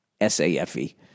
S-A-F-E